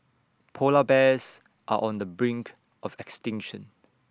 Polar Bears are on the brink of extinction